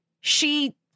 She-